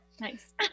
Nice